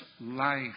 life